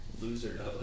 Loser